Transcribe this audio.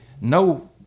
no